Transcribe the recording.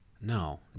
No